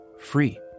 free